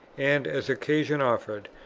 and, as occasion offered,